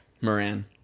Moran